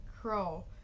Crow